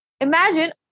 Imagine